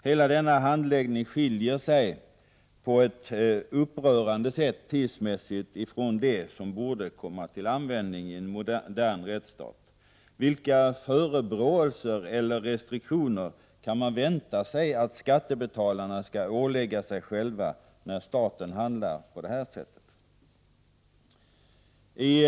Hela handläggningen skiljer sig tidsmässigt på ett upprörande sätt från vad som borde gälla i en modern rättsstat. Vilka restriktioner kan man vänta sig att skattebetalarna skall ålägga sig själva, när staten handlar på detta sätt? Vilka förebråelser kan man emotse?